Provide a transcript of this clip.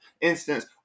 instance